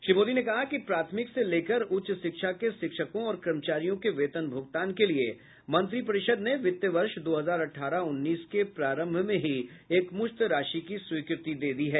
श्री मोदी ने कहा कि प्राथमिक से लेकर उच्च शिक्षा के शिक्षकों और कर्मचारियों के वेतन भुगतान के लिए मंत्रिपरिषद ने वित्त वर्ष दो हजार अठारह उन्नीस के प्रारंभ में ही एकमुश्त राशि की स्वीकृति दे दी है